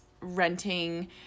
renting